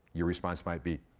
your response might be,